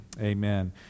amen